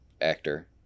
actor